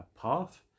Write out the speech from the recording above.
path